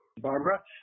Barbara